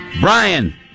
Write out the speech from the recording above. Brian